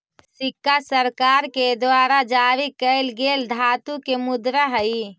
सिक्का सरकार के द्वारा जारी कैल गेल धातु के मुद्रा हई